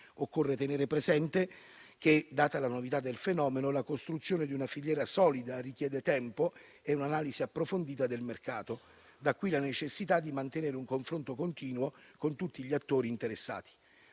Occorre tenere presente che, data la novità del fenomeno, la costruzione di una filiera solida richiede tempo e un'analisi approfondita del mercato. Da qui, la necessità di mantenere un confronto continuo con tutti gli attori interessati.